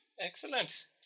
Excellent